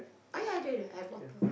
oh yeah I do I do I have water